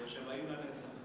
באר-שבעים לנצח.